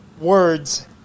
words